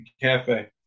cafe